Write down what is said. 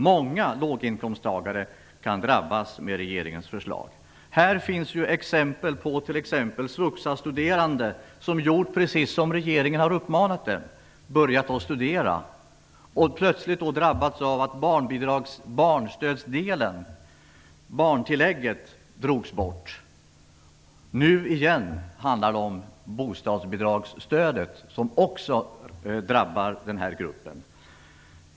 Många låginkomsttagare kan drabbas med regeringens förslag. Det finns exempel på t.ex. svuxa-studerande som gjort precis som regeringen har uppmanat dem, nämligen att börja studera, och plötsligt drabbats av att barnstödsdelen, barntillägget, drogs bort. Nu handlar det åter om bostadsbidragsstödet, vilket också drabbar den här gruppen.